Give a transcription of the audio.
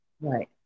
Right